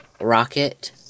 rocket